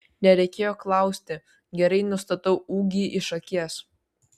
nereikėjo klausti gerai nustatau ūgį iš akies